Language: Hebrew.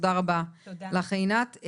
תודה רבה לך עינת.